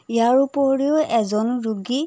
ইয়াৰ উপৰিও এজন ৰোগী